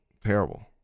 terrible